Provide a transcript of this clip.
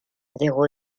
zéro